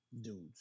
dudes